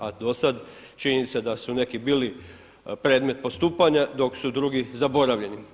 A do sada, činjenica da su neki bili predmet postupanja dok su drugi zaboravljeni.